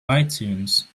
itunes